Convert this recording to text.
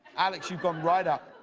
alex, you've gone right up.